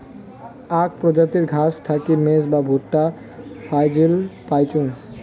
আক প্রজাতির ঘাস থাকি মেজ বা ভুট্টা ফছল পাইচুঙ